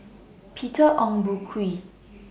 Peter Ong Boon Kwee